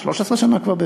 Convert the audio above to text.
13 שנה כבר,